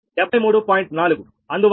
అందువల్ల 46